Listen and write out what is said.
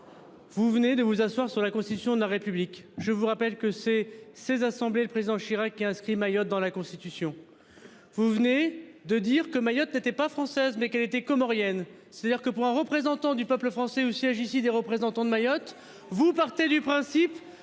Vous venez de vous asseoir sur la constitution de la République. Je vous rappelle que ces ces assemblées le président Chirac qui a inscrit Mayotte dans la Constitution. Vous venez de dire que Mayotte n'était pas française mais qu'elle était comorienne, c'est-à-dire que pour un représentant du peuple français au siège ici des représentants de Mayotte. Vous partez du principe